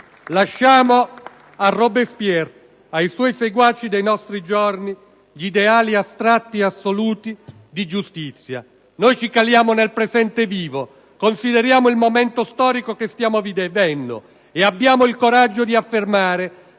lasciamo a Robespierre e ai suoi seguaci dei nostri giorni gli ideali astratti e assoluti di giustizia. Noi ci caliamo nel presente vivo, consideriamo il momento storico che stiamo vivendo. E abbiamo il coraggio di affermare